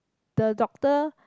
the doctor